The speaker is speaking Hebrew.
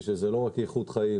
שזה לא רק איכות חיים,